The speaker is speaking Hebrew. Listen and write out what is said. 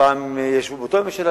פעם הם ישבו באותה הממשלה.